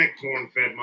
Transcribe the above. corn-fed